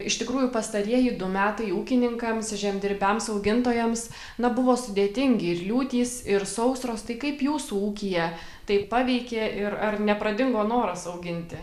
iš tikrųjų pastarieji du metai ūkininkams žemdirbiams augintojams na buvo sudėtingi ir liūtys ir sausros tai kaip jūsų ūkyje tai paveikė ir ar nepradingo noras auginti